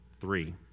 Three